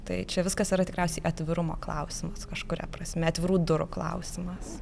tai čia viskas yra tikriausiai atvirumo klausimas kažkuria prasme atvirų durų klausimas